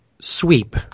sweep